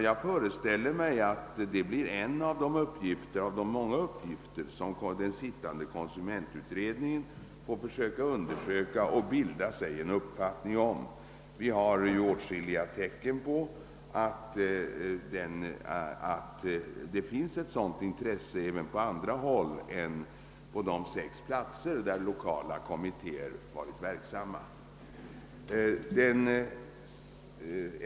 Jag föreställer mig att det blir en av de många saker som den sittande konsumentutredningen får försöka att ta reda på och bilda sig en uppfattning om. Det finns åtskilliga tecken på att det föreligger ett sådant intresse även på andra håll än de sex platser där lokalkommittéer varit verksamma.